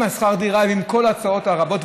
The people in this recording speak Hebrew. עם שכר הדירה ועם כל ההוצאות הרבות.